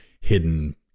hidden